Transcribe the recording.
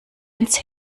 ins